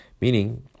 meaning